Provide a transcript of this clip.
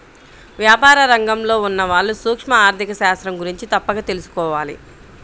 వ్యాపార రంగంలో ఉన్నవాళ్ళు సూక్ష్మ ఆర్ధిక శాస్త్రం గురించి తప్పక తెలుసుకోవాలి